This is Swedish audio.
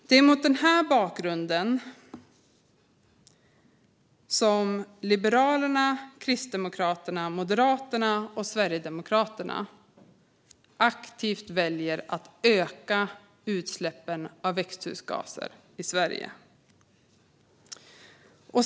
Det är mot den här bakgrunden som Liberalerna, Kristdemokraterna, Moderaterna och Sverigedemokraterna aktivt väljer att öka utsläppen av växthusgaser i Sverige.